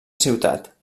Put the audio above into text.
ciutat